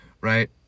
right